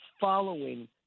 following